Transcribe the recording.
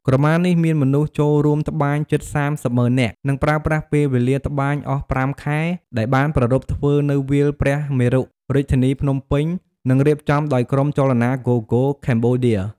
ក្រមានេះមានមនុស្សចូលរួមត្បាញជិត៣០ម៉ឺននាក់ និងប្រើប្រាស់ពេលវេលាត្បាញអស់០៥ខែ ដែលបានប្រារព្ធធ្វើនៅវាលព្រះមេរុ រាជធានីភ្នំពេញ និងរៀបចំដោយក្រុមចលនា GoGo Cambodia។